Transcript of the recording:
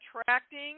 attracting